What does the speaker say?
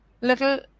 little